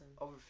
Over